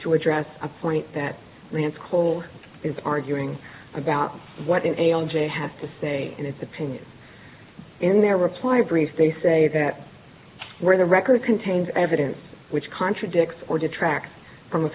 to address a point that lance coal is arguing about what in a on jay have to say in its opinion in their reply brief they say that where the record contains evidence which contradicts or detract from a